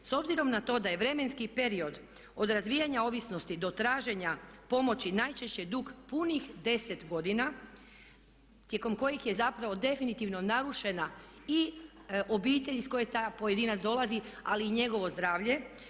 S obzirom na to da je vremenski period od razvijanja ovisnosti do traženja pomoći najčešće dug punih 10 godina tijekom kojih je zapravo definitivno narušena i obitelj iz koje taj pojedinac dolazi ali i njegovo zdravlje.